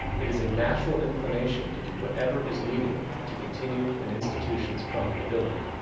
it is a natural inclination to do whatever is needed to continue an institution's profitability.